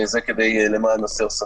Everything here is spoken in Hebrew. זה למען הסר ספק.